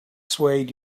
swayed